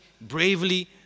bravely